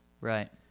Right